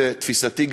לתפיסתי,